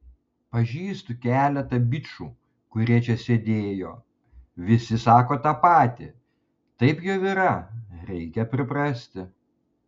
pažįstu keletą bičų kurie čia sėdėjo visi sako tą patį taip jau yra reikia priprasti